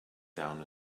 down